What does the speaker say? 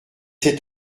cet